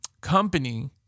company